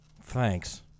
Thanks